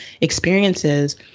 experiences